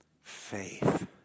faith